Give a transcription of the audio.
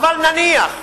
אבל נניח.